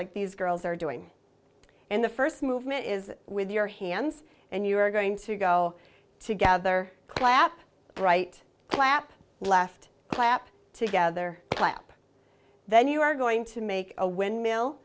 like these girls are doing and the first movement is with your hands and you are going to go together clap bright clap last clap together clap then you are going to make a windmill